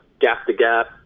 gap-to-gap